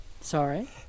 Sorry